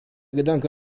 gedanke